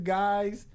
guys